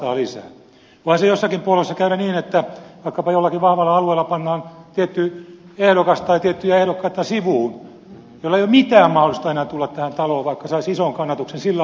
voihan jossakin puolueessa käydä niin että vaikkapa jollakin vahvalla alueella pannaan tietty ehdokas tai tiettyjä ehdokkaita sivuun joilla ei ole mitään mahdollisuutta enää tulla tähän taloon vaikka saisivat ison kannatuksen sillä alueella